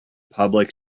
public